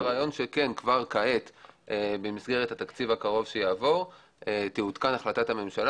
הרעיון הוא שכבר כעת במסגרת התקציב הקרוב שיעבור תעודכן החלטת הממשלה